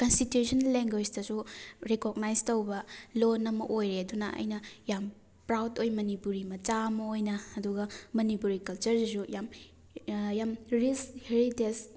constitution ꯂꯦꯡꯒ꯭ꯋꯦꯁꯇꯁꯨ recognise ꯇꯧꯕ ꯂꯣꯟ ꯑꯃ ꯑꯣꯏꯔꯦ ꯑꯗꯨꯅ ꯑꯩꯅ ꯌꯥꯝ ꯄ꯭ꯔꯥꯎꯠ ꯑꯣꯏ ꯃꯅꯤꯄꯨꯔꯤ ꯃꯆꯥ ꯑꯃ ꯑꯣꯏꯅ ꯑꯗꯨꯒ ꯃꯅꯤꯄꯨꯔꯤ ꯀꯜꯆꯔꯁꯤꯁꯨ ꯌꯥꯝ ꯌꯥꯝ ꯔꯤꯁ ꯍꯦꯔꯤꯇꯦꯖ